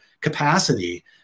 capacity